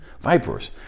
Vipers